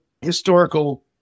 historical